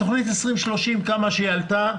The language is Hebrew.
תכנית 2030, כמה שהיא עלתה,